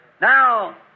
Now